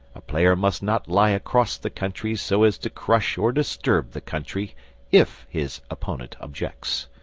a player must not lie across the country so as to crush or disturb the country if his opponent objects.